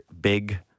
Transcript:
big